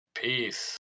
Peace